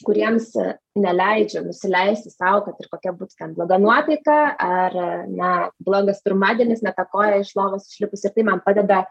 kuriems neleidžiu nusileisti sau kad ir kokia būtų ten bloga nuotaika ar ne blogas pirmadienis ne ta koja iš lovos išlipus ir tai man padeda